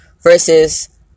Versus